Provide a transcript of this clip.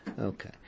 Okay